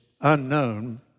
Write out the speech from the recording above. unknown